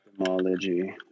Etymology